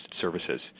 services